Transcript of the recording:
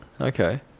Okay